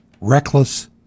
reckless